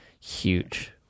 huge